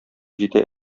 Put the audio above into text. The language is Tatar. җитә